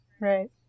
Right